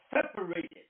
separated